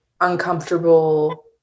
uncomfortable